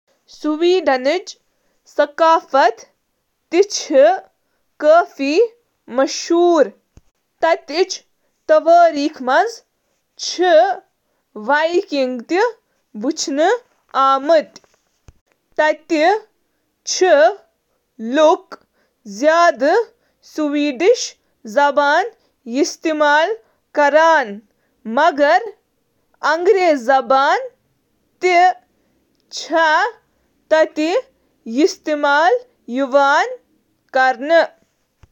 Sweden چُھ دنیاہک ساروی کھوتہٕ زیادٕ مساوات پسند معاشرن منٛز اکھ۔ سویڈش ثقافتک ساروی کھوتہٕ قٲبل ذکر پہلوو منٛز چُھ اکھ ماحولس خأطرٕ یمن ہنٛد احترام تہٕ پٲئیدٲری ہنٛد وابستگی۔ تِم چھِ نامیٲتی زراعت، ری سائیکلنگ، تہٕ قابل تجدید توانٲئی منٛز عالمی رہنما۔